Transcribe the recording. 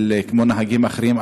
כמו נהגים אחרים,